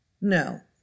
No